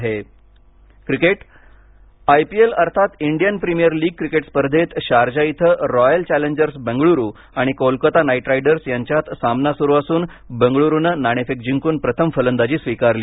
I P L I P L अर्थात Indian premier league cricket स्पर्धेत Sharjah इथं royal challengers Bengaluru आणि Kolkata knight riders यांच्यात सामना सुरु असून बंगळूरूनं नाणेफेक जिंकून प्रथम फलंदाजी स्वीकारली